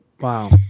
Wow